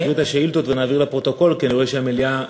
אקריא את השאילתות ונעביר לפרוטוקול כי אני רואה שהמליאה מלאה.